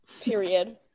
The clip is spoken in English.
Period